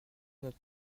notre